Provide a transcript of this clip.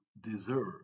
deserve